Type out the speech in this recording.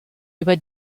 über